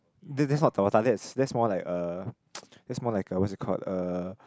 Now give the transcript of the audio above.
that that's what tabata that's that's more like a that's more like a what's that called uh